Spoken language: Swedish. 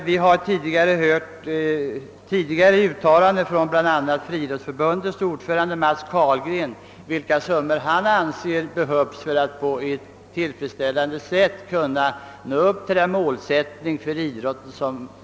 Vi har tidigare hört vilka resurser Friidrottsförbundets ordförande Matts Carlgren anser behövs för att nå det mål som vi anser önskvärt för idrotten.